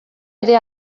ere